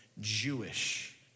Jewish